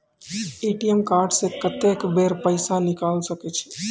ATM card से कत्तेक बेर पैसा निकाल सके छी?